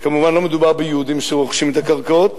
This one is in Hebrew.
כמובן, לא מדובר ביהודים שרוכשים את הקרקעות,